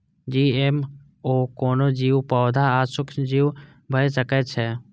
GMO कोनो जीव, पौधा आ सूक्ष्मजीव भए सकै छै